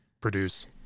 produce